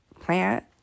plant